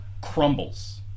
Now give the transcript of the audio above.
crumbles